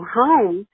home